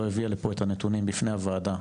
לא הביא לפה את הנתונים בפני הוועדה,